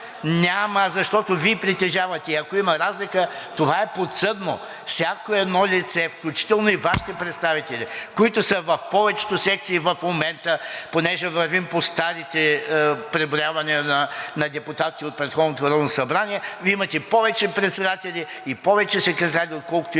Няма, защото Вие притежавате, ако има разлика, това е подсъдно. Всяко едно лице, включително и Вашите представители, които са в повечето секции в момента, понеже вървим по старите преброявания на депутати от предходното Народно събрание, Вие имате повече председатели и повече секретари, отколкото